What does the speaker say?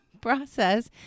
process